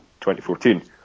2014